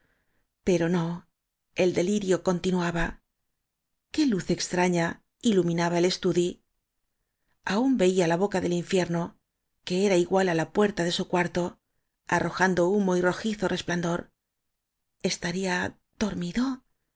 pero no el delirio continuaba qué luz extraña iluminaba su estudi aún veía la boca del infierno que era igual á la puerta de su cuarto arrojando humo y rojizo resplandor estaría dormido